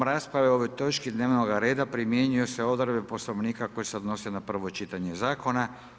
Prigodom rasprave o ovoj točki dnevnoga reda primjenjuju se odredbe Poslovnika koje se odnose na prvo čitanje zakona.